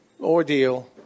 ordeal